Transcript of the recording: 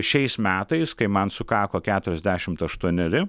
šiais metais kai man sukako keturiasdešimt aštuoneri